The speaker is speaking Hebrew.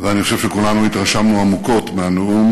ואני חושב שכולנו התרשמנו עמוקות מהנאום